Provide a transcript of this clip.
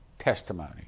testimony